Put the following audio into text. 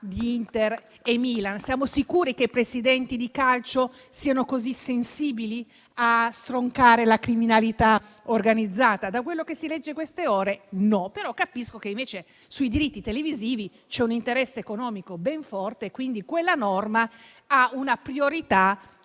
di Inter e Milan: siamo sicuri che i presidenti di calcio siano così sensibili alla necessità di stroncare la criminalità organizzata? Da quello che si legge in queste ore, mi pare di no, ma capisco che invece sui diritti televisivi c'è un interesse economico importante e quindi quella norma ha una priorità,